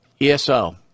ESO